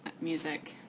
music